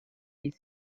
his